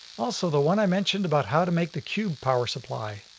also, the one i mentioned about how to make the cube power supply.